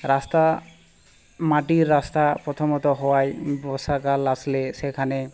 রাস্তা মাটির রাস্তা প্রথমত হওয়ায় বর্ষাকাল আসলে সেখানে